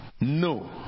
No